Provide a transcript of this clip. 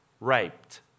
raped